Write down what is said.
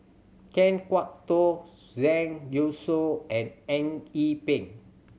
Kan Kwok Toh Zhang Youshuo and Eng Yee Peng